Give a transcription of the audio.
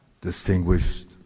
Distinguished